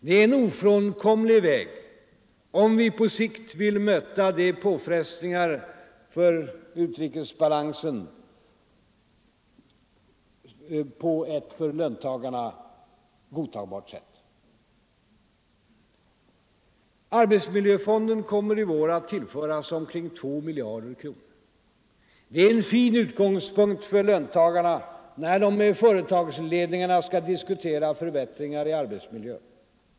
Det är en ofrånkomlig väg om vi på sikt vill möta de påfrestningar för balansen i utrikeshandeln som de höga oljepriserna för med sig på ett för löntagarna godtagbart sätt. Arbetsmiljöfonden kommer i vår att tillföras omkring 2 miljarder kronor. Det är en fin utgångspunkt för löntagarna när de med företagsledningarna skall diskutera förbättringar i arbetsmiljön.